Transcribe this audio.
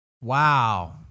Wow